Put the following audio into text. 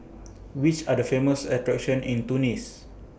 Which Are The Famous attractions in Tunis